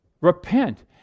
Repent